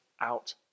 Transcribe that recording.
out